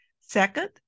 Second